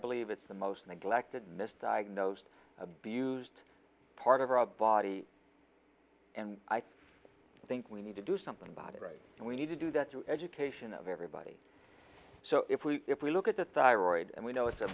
believe it's the most neglected misdiagnosed abused part of our body and i think we need to do something about it right and we need to do that through education of everybody so if we if we look at the thyroid and we know it's a